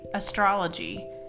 astrology